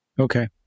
Okay